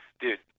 Dude